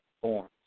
forms